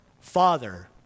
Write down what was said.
Father